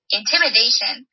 intimidation